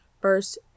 first